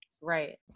right